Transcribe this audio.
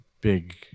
big